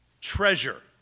treasure